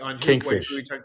Kingfish